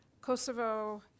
Kosovo